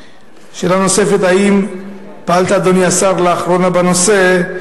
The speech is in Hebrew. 2. אדוני השר, האם פעלת לאחרונה בנושא?